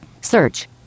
Search